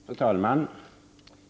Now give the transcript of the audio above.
Fru talman!